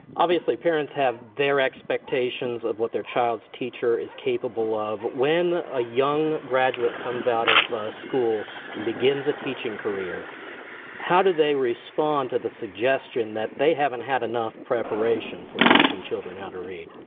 obviously parents have their expectations of what their child's teacher is capable of. when a young graduate comes out of school and begins a teaching career how do they respond to the suggestion that they haven't had enough preparation for teaching children how to read?